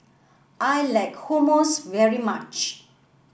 I like Hummus very much